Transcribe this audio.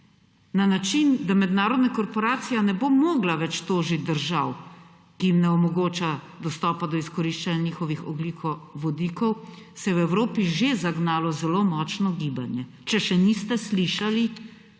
na način, da mednarodna korporacija ne bo mogla več tožiti držav, ki jim ne omogoča dostopa do izkoriščanja njihovih ogljikovodikov, se je v Evropi že zagnalo zelo močno gibanje. Če še niste slišali,